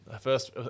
first